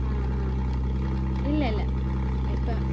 ആ ആ ഇല്ലല്ല ഇപ്പം